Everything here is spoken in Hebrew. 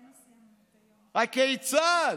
הכיצד?